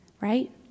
Right